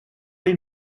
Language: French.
les